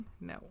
No